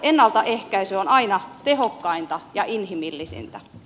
ennaltaehkäisy on aina tehokkainta ja inhimillisintä